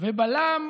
ובלם